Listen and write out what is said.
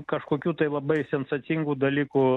kažkokių tai labai sensacingų dalykų